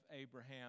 Abraham